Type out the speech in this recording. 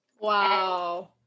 Wow